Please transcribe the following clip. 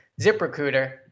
ZipRecruiter